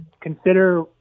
consider